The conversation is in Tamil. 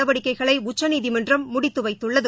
நடவடிக்கைகளை உச்சநீதிமன்றம் முடித்து வைத்துள்ளது